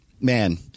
Man